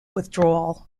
withdrawal